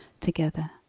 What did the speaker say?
together